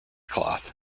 cloth